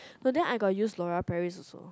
but then I got use Loreal Paris